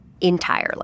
entirely